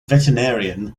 veterinarian